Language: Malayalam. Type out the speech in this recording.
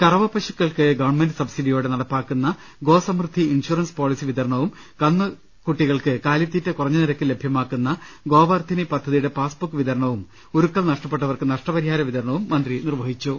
കറവപ്പശുകൾക്ക് ഗ്വൺഉമന്റ് സബ് സിഡിയോടെ നടപ്പിലാക്കുന്ന ഗോസമൃദ്ധി ഇൻഷുറ്റൻസ് പോളിസി വിതരണവും കന്നുകുട്ടികൾക്ക് കാലിത്രീറ്റ കുറഞ്ഞ നിരക്കിൽ ലഭ്യമാക്കുന്ന ഗോവർധിനി പദ്ധതിയുടെ പാസ്ബുക്ക് വിതരണവും ഉരുക്കൾ നഷ്ടപ്പെട്ടവർക്ക് നഷ്ടപരിഹാര വിതരണവും മന്ത്രി നിർവഹിച്ചു